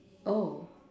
oh